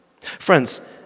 Friends